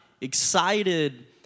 excited